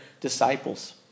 disciples